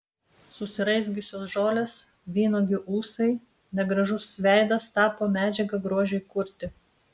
susiraizgiusios žolės vynuogių ūsai negražus veidas tapo medžiaga grožiui kurti